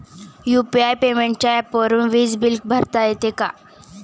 UPI पेमेंटच्या ऍपवरुन वीज बिल भरता येते का?